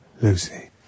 Lucy